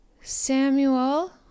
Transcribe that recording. Samuel